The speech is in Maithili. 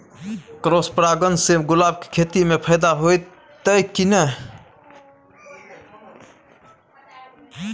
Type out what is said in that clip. क्रॉस परागण से गुलाब के खेती म फायदा होयत की नय?